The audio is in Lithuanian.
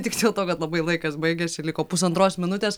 tik dėl to kad labai laikas baigiasi liko pusantros minutės